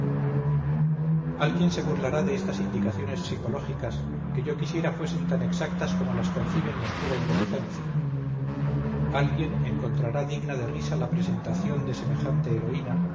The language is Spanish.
alguien se burlará de estas indicaciones psicológicas que yo quisiera fuesen tan exactas como las concibe mi oscura inteligencia alguien encontrará digna de risa la presentación de semejante heroína